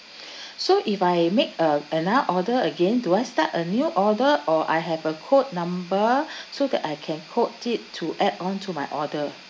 so if I make a another order again do I start a new order or I have a code number so that I can code it to add on to my order